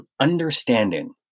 understanding